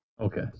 Okay